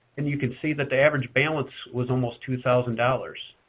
and you can see that the average balance was almost two thousand dollars.